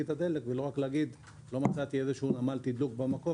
את הדלק ולא רק להגיד: "לא מצאתי נמל תדלוק במקום